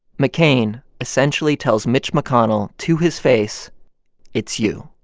mccain essentially tells mitch mcconnell to his face it's you,